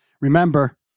Remember